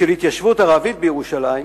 של התיישבות ערבית בירושלים,